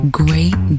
great